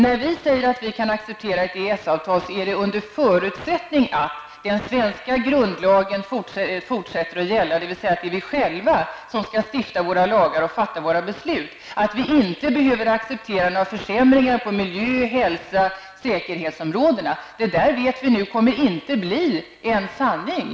När vi säger att vi kan acceptera ett EES-avtal är det under förutsättning att den svenska grundlagen fortsätter att gälla, dvs. att vi själva skall stifta våra lagar och fatta våra beslut, att vi inte behöver acceptera någon försämring på miljö-, hälso och säkerhetsområdet. Nu vet vi att det inte kommer att bli verklighet.